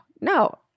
No